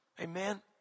Amen